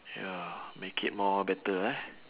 ya make it more better ah